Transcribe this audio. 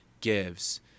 gives